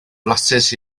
flasus